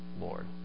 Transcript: Lord